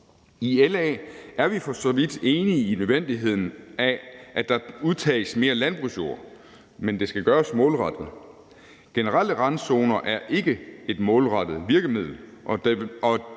I LA er vi for så vidt enige i nødvendigheden af, at der udtages mere landbrugsjord, men det skal gøres målrettet. Generelle randzoner er ikke et målrettet virkemiddel,